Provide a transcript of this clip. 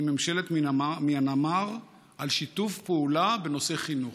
עם ממשלת מיאנמר על הסכם לשיתוף פעולה בנושא חינוך.